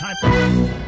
time